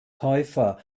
täufer